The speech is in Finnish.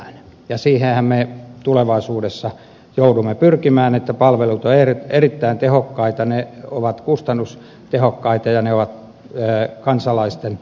siihenhän me tulevaisuudessa joudumme pyrkimään että palvelut ovat erittäin tehokkaita ne ovat kustannustehokkaita ja ne ovat kansalaisten läheltä saatavissa